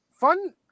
Fun